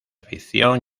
ficción